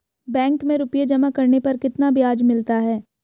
Bank में रुपये जमा करने पर कितना ब्याज मिलता है?